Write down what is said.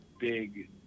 big